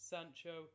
Sancho